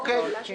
אוקיי.